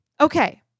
okay